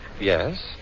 Yes